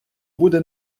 буде